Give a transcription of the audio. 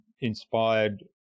inspired